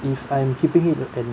if I'm keeping it in